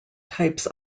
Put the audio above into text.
types